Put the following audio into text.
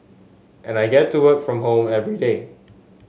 and I get to work from home everyday